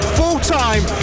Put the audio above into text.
full-time